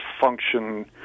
function